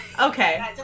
Okay